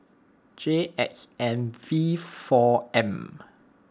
J X N V four M